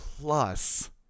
Plus